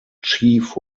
chief